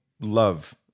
love